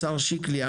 השר שיקלי,